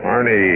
Arnie